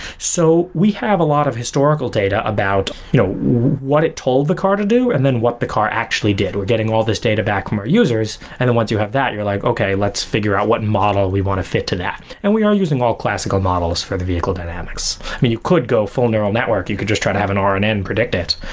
so we have a lot of historical data about you know what it told the car to do, and then what the car actually did. we're getting all this data back from our users, and the ones you have that, you're like, okay, let's figure out what model we want to fit to that. and we are using all classical models for the vehicle dynamics. i mean, you could go full neural network. you could just try to have an rnn predict it.